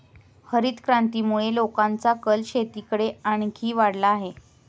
हरितक्रांतीमुळे लोकांचा कल शेतीकडे आणखी वाढला आहे